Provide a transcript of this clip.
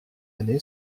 année